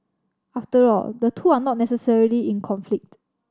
after all the two are not necessarily in conflict